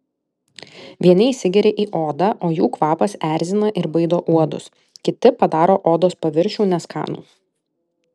vieni įsigeria į odą o jų kvapas erzina ir baido uodus kiti padaro odos paviršių neskanų